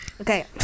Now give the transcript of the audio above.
okay